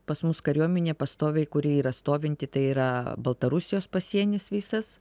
pas mus kariuomenė pastoviai kuri yra stovinti tai yra baltarusijos pasienis visas